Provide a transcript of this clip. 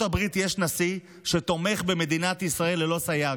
הברית יש נשיא שתומך במדינת ישראל ללא סייג.